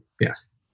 yes